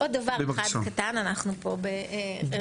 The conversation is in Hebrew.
מאוד